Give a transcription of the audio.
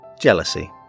Jealousy